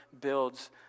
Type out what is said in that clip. builds